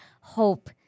hope